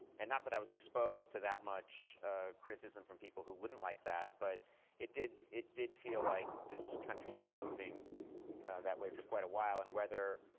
and not that i was exposed to that much criticism from people who wouldn't like that, but it did it did feel like this country's been moving that way for quite a while. and obviously,